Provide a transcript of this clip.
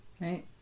right